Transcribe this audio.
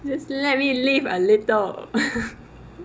just let me live a little